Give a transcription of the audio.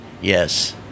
yes